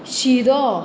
शिरो